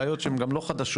בעיות שהן גם לא חדשות,